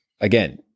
again